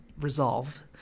resolve